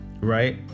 right